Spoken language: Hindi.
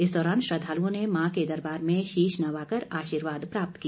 इस दौरान श्रद्वालुओं ने मां के दरबार में शीश नवा कर आर्शीवाद प्राप्त किया